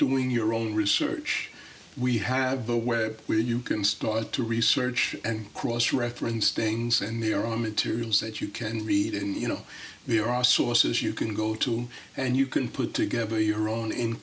doing your own research we have the web where you can start to research and cross reference things and there are materials that you can read and you know there are sources you can go to and you can put together your own in